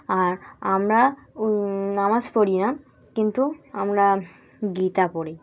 আর আমরা নামাজ পড়ি না কিন্তু আমরা গীতা পড়ি